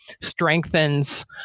strengthens